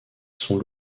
sont